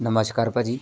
ਨਮਸਕਾਰ ਭਾਅ ਜੀ